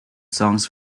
songs